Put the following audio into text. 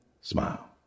smile